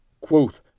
quoth